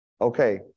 Okay